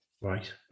Right